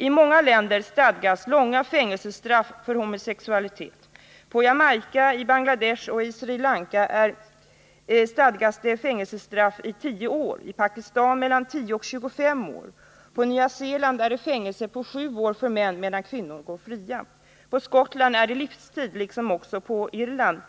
I många länder stadgas långa fängelsestraff för homosexualitet. På Jamaica, i Bangladesh och i Sri Lanka stadgas fängelsestraff i 10 år, i Pakistan mellan 10 och 25 år. På Nya Zeeland är det fängelsestraff på 7 år för män medan kvinnor går fria. I Skottland stadgas det livstids fängelse, liksom på Irland.